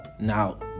Now